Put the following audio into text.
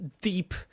deep